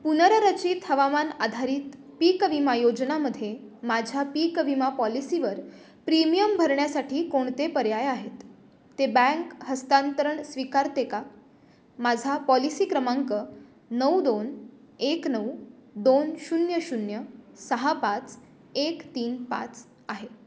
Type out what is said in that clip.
पुनर्रचित हवामान आधारित पीक विमा योजनेमध्ये माझ्या पीक विमा पॉलिसीवर प्रीमियम भरण्यासाठी कोणते पर्याय आहेत ते बँक हस्तांतरण स्वीकारते का माझा पॉलिसी क्रमांक नऊ दोन एक नऊ दोन शून्य शून्य सहा पाच एक तीन पाच आहे